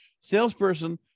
salesperson